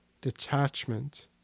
detachment